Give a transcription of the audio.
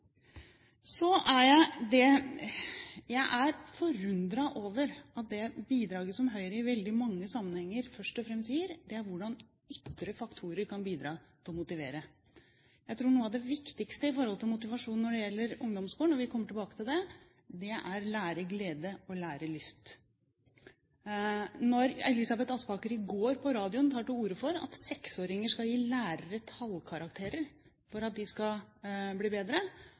Jeg er forundret over at det bidraget som Høyre i veldig mange sammenhenger først og fremst gir, er hvordan ytre faktorer kan bidra til å motivere. Jeg tror noe av det viktigste når det gjelder motivasjon i ungdomsskolen, og vi kommer tilbake til det, er læreglede og lærelyst. Når Elisabeth Aspaker i går, på radioen, tar til orde for at 6-åringer skal gi lærere tallkarakterer for at de skal bli bedre,